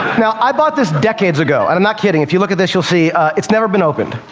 now, i bought this decades ago, and i'm not kidding. if you look at this you'll see it's never been opened,